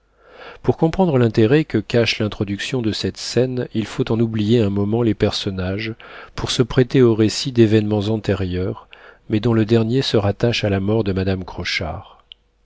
pour comprendre l'intérêt que cache l'introduction de cette scène il faut en oublier un moment les personnages pour se prêter au récit d'événements antérieurs mais dont le dernier se rattache à la mort de madame